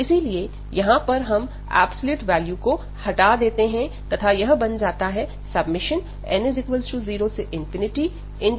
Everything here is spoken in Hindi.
इसीलिए यहां पर हम एब्सोल्यूट वैल्यू को हटा देते हैं तथा यह बन जाता है n00sin y nπydy